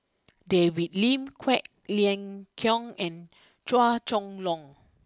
David Lim Quek Ling Kiong and Chua Chong long